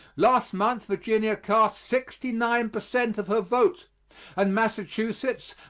last month virginia cast sixty-nine per cent of her vote and massachusetts,